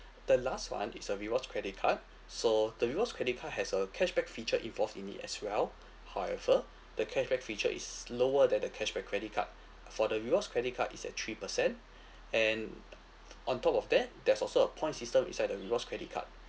the last one is a rewards credit card so the rewards credit card has a cashback feature involved in it as well however the cashback feature is lower than the cashback credit card for the rewards credit card is at three percent and on top of that there's also a point system inside the rewards credit card